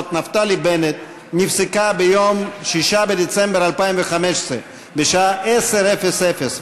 נפתלי בנט נפסקה ביום 6 בדצמבר 2015 בשעה 10:00,